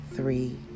Three